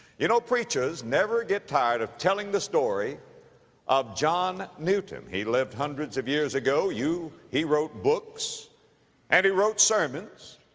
you know, preachers never get tired of telling the story of john newton. he lived hundreds of years ago. you, he wrote books and he wrote sermons,